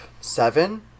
seven